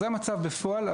זה המצב בפועל,